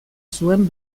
zuen